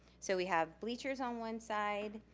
so we have bleachers on one side,